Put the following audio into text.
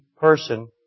person